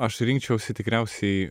aš rinkčiausi tikriausiai